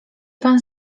pan